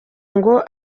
ngo